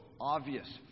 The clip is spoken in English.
obvious